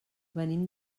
venim